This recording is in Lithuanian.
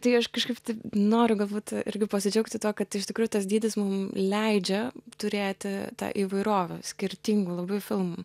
tai aš kažkaip tai noriu galbūt irgi pasidžiaugti tuo kad iš tikrųjų tas dydis mum leidžia turėti tą įvairovę skirtingų labai filmų